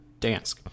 Dansk